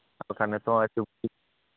ᱟᱨ ᱠᱷᱟᱱ ᱱᱤᱛᱚᱜ ᱟᱜ ᱡᱩᱜ